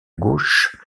gauche